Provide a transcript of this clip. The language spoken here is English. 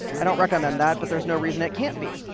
i don't recommend that, but there's no reason it can't be.